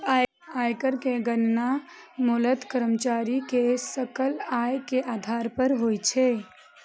आयकर के गणना मूलतः कर्मचारी के सकल आय के आधार पर होइ छै